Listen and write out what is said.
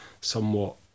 somewhat